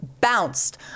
bounced